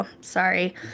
sorry